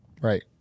Right